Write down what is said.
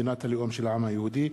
מדינת הלאום של העם היהודי,